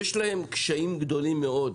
יש להם קשיים גדולים מאוד,